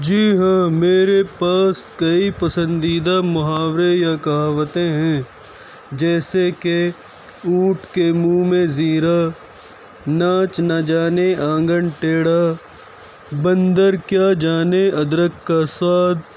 جی ہاں میرے پاس کئی پسندیدہ محاورے یا کہاوتیں ہیں جیسےکہ اونٹ کے منہ میں زیرہ ناچ نہ جانے آنگن ٹیڑھا بَندر کیا جانے اَدرَک کا سُواد